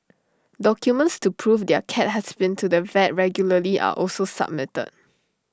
documents to prove their cat has been to the vet regularly are also submitted